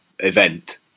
event